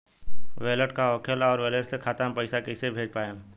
Wallet का होखेला और वैलेट से खाता मे पईसा कइसे भेज पाएम?